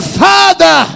father